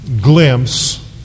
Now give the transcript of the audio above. glimpse